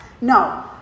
No